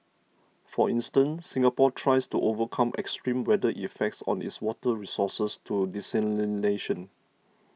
for instance Singapore tries to overcome extreme weather effects on its water resources through desalination